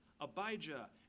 Abijah